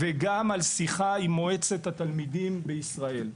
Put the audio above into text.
וגם על שיחה עם מועצת התלמידים בישראל.